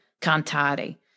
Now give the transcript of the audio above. cantare